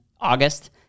August